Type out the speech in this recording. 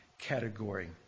category